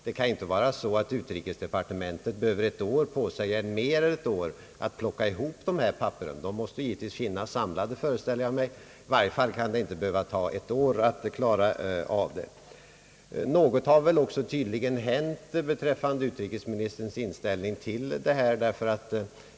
Det kan ju inte vara så att utrikesdepartementet behöver ett år eller ännu längre tid på sig för att plocka ihop dessa papper — jag föreställer mig att de måste finnas samlade, och i varje fall kan det inte behövas ett år för att klara av saken. Något har väl också hänt beträffande utrikesministerns inställning till detta.